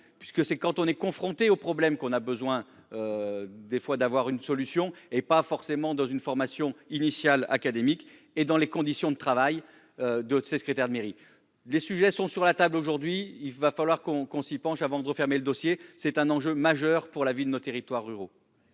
puisque c'est quand on est confronté au problème qu'on a besoin. Des fois d'avoir une solution et pas forcément dans une formation initiale académiques et dans les conditions de travail d'ses secrétaire de mairie. Les sujets sont sur la table aujourd'hui, il va falloir qu'on, qu'on s'y penche. Avant de refermer le dossier. C'est un enjeu majeur pour la vie de nos territoires ruraux.